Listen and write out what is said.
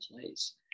place